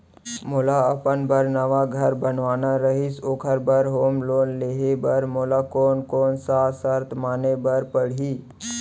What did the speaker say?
मोला अपन बर नवा घर बनवाना रहिस ओखर बर होम लोन लेहे बर मोला कोन कोन सा शर्त माने बर पड़ही?